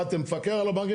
מה, אתם מפקח על הבנקים.